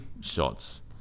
shots